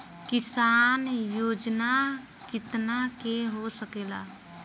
किसान योजना कितना के हो सकेला?